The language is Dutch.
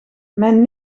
mijn